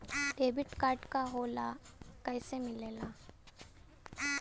Debit card का होला कैसे मिलेला?